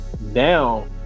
now